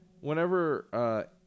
whenever